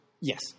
yes